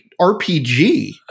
RPG